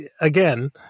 again